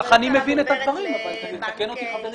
כך אני מבין את הדברים אבל אם לא, יתקן אותי חברי.